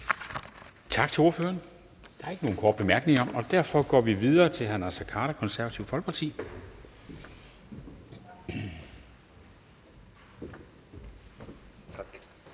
Tak til ordføreren. Der er ikke nogen korte bemærkninger, og derfor går vi videre til hr. Naser Khader, Det Konservative Folkeparti. Kl.